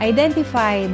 Identify